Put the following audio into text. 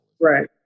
Right